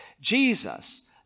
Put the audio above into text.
Jesus